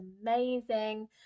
amazing